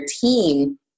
team